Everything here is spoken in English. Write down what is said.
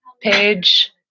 page